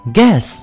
Guess